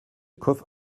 coffre